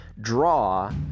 draw